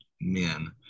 men